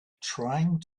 trying